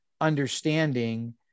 understanding